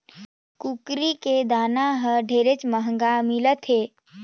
कुकरी के दाना हर ढेरेच महंगा मिलत हे